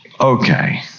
Okay